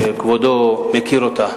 שכבודו מכיר אותה,